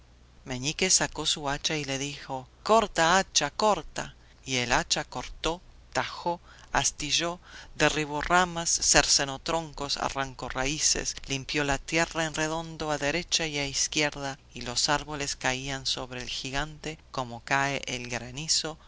meñique sacó su hacha y le dijo corta hacha corta y el hacha cortó tajó astilló derribó ramas cercenó troncos arrancó raíces limpió la tierra en redondo a derecha y a izquierda y los árboles caían sobre el gigante como cae el granizo